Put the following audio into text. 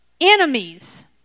enemies